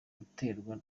guterwa